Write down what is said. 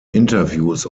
interviews